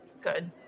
Good